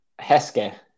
Heske